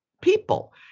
people